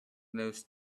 those